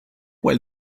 while